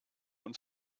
und